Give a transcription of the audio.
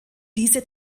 diese